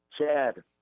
chad